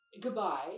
Goodbye